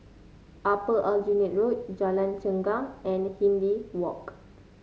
Upper Aljunied Road Jalan Chengam and Hindhede Walk